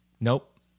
nope